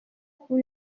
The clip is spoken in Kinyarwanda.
kuba